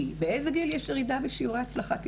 ביציות היא האישה הראשונה שהפשירה ביציות אצלנו בשערי צדק.